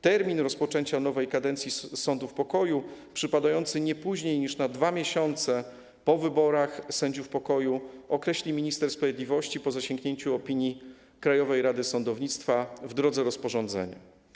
Termin rozpoczęcia nowej kadencji sądów pokoju, przypadający nie później niż 2 miesiące po wyborach sędziów pokoju, określi minister sprawiedliwości, po zasięgnięciu opinii Krajowej Rady Sądownictwa, w drodze rozporządzenia.